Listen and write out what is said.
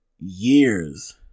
Years